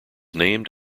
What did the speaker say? named